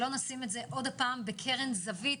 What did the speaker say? שלא נשים את זה עוד פעם בקרן זווית